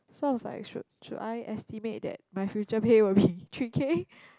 so I was like should should I estimate that my future pay will be three K